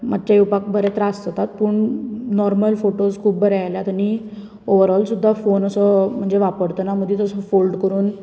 मात्शे येवपाक बरें त्रास जातात पूण नॉर्मल फोटोज खूब बरें आयल्यात आनी ऑवर ऑल सुद्दां फोन असो वापरतना म्हणजे मदींच असो फोल्ड करून